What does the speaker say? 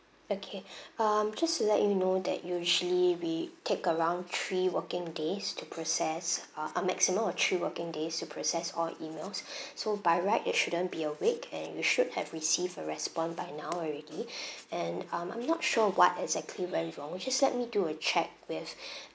okay um just to let you know that usually we take around three working days to process uh a maximum of three working days to process all emails so by right it shouldn't be a week and you should have received a respond by now already and um I'm not sure what exactly went wrong just let me do a check with